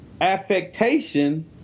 affectation